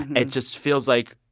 it just feels like,